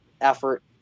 effort